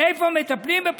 איפה מטפלים?